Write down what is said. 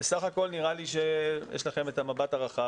בסך הכול נראה לי שיש לכם את המבט הרחב